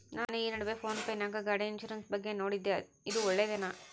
ನಾನು ಈ ನಡುವೆ ಫೋನ್ ಪೇ ನಾಗ ಗಾಡಿ ಇನ್ಸುರೆನ್ಸ್ ಬಗ್ಗೆ ನೋಡಿದ್ದೇ ಇದು ಒಳ್ಳೇದೇನಾ?